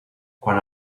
quan